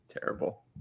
Terrible